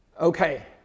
Okay